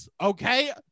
okay